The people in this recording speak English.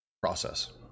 process